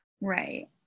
right